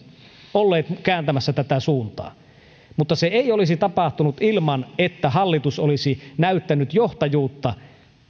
olleet kääntämässä tätä suuntaa mutta se ei olisi tapahtunut ilman että hallitus olisi näyttänyt johtajuutta